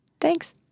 Thanks